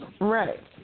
Right